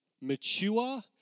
mature